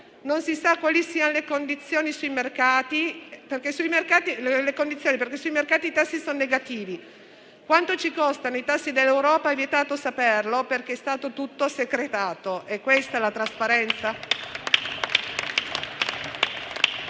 Non si sa quali siano le condizioni, perché sui mercati i tassi sono negativi. Quanto ci costano i tassi dell'Europa è vietato saperlo, perché è stato tutto segretato. È questa la trasparenza?